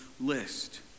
list